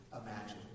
imagine